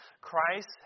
Christ